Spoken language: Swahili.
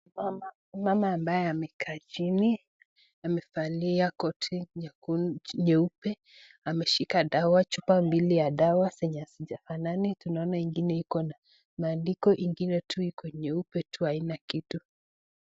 Mama ambaye amekaa chini, amevalia koti nyeupe, ameshika dawa chupa mbili ya dawa zenye hazifanani, tunaona ingine iko na maandiko, ingine tu iko nyeupe tu haina kitu.